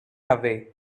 away